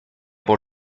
por